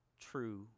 true